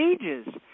Ages